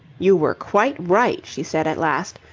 you were quite right, she said at last,